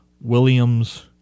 Williams